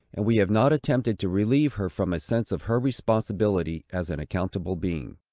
and we have not attempted to relieve her from a sense of her responsibility as an accountable being.